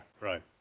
right